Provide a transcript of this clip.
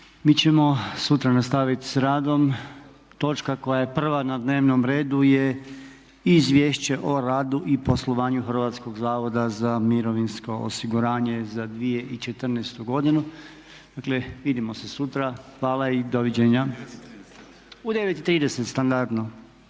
Mi ćemo sutra nastaviti sa radom, točka koja je prva na dnevnom redu je Izvješće o radu i poslovanju Hrvatskog zavoda za mirovinsko soiguranje za 2014. godinu. Dakle vidimo se sutra, hvala i doviđenja. …/Upadica